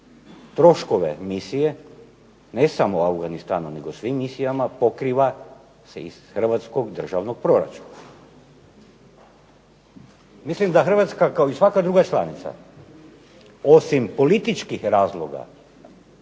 Troškove misije, ne samo u Afganistanu, nego svim misijama pokriva se iz hrvatskog državnog proračuna. Mislim da Hrvatska kao i svaka druga članica osim političkih razloga